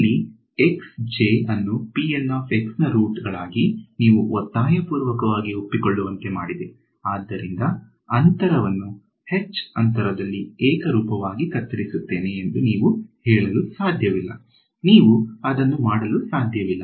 ಇಲ್ಲಿ ಅನ್ನು ನ ರೂಟ್ ಗಳಾಗಿ ನೀವು ಒತ್ತಾಯಪೂರ್ವಕವಾಗಿ ಒಪ್ಪಿಕೊಳ್ಳುವಂತೆ ಮಾಡಿದೆ ಆದ್ದರಿಂದ ಅಂತರವನ್ನು h ಅಂತರದಲ್ಲಿ ಏಕರೂಪವಾಗಿ ಕತ್ತರಿಸುತ್ತೇನೆ ಎಂದು ನೀವು ಹೇಳಲು ಸಾಧ್ಯವಿಲ್ಲ ನೀವು ಅದನ್ನು ಮಾಡಲು ಸಾಧ್ಯವಿಲ್ಲ